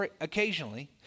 occasionally